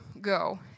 go